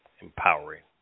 empowering